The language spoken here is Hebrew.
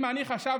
אם אני חשבתי,